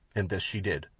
and this she did,